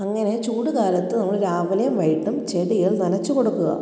അങ്ങനെ ചൂട് കാലത്ത് നമ്മൾ രാവിലെയും വൈകിട്ടും ചെടികൾ നനച്ച് കൊടുക്കുക